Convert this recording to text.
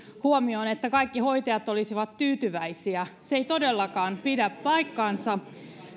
huomiosta että kaikki hoitajat olisivat tyytyväisiä se ei todellakaan pidä paikkaansa